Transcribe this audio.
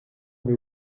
avez